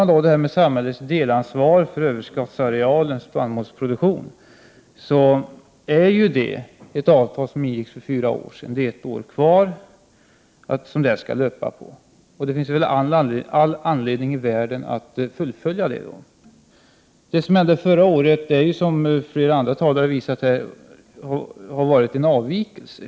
Avtalet om samhällets delansvar för överskottsarealen för spannmålsproduktion ingicks för fyra år sedan, och det är ett år kvar av den period som det skall löpa. Det finns väl då all anledning i världen att fullfölja det. Det som hände förra året, när vpk bytte fot, innebar som flera andra talare har visat en avvikelse.